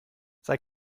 sei